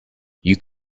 you